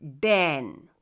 Den